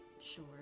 Sure